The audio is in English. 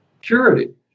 Security